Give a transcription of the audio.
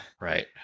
right